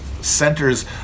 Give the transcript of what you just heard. centers